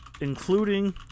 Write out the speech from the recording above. including